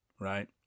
right